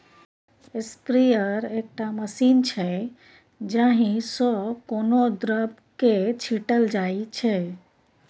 sprayer एकटा machine छै जाहि सँ कोनो द्रब केँ छीटल जाइ छै